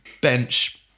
bench